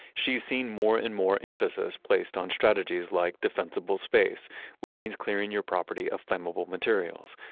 she's seen more and more emphasis placed on strategies like defensible space which means clearing your property of flammable materials.